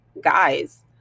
guys